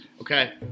Okay